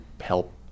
help